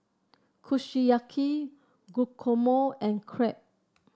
Kushiyaki Guacamole and Crepe